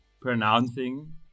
pronouncing